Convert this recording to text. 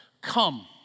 Come